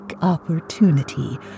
opportunity